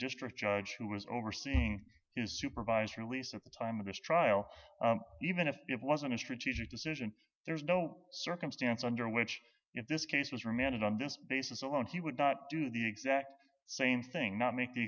district judge who was overseeing supervised release at the time of this trial even if it wasn't a strategic decision there's no circumstance under which this case was remanded on this basis alone he would not do the exact same thing not make the